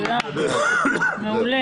מעולה.